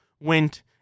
went